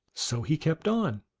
so he kept on,